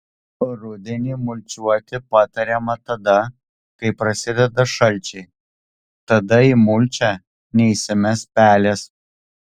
rudenį mulčiuoti patariama tada kai prasideda šalčiai tada į mulčią neįsimes pelės